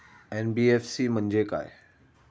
NBFC म्हणजे काय?